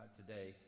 today